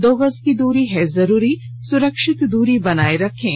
दो गज की दुरी है जरूरी सुरक्षित दुरी बनाए रखें